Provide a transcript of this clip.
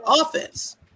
offense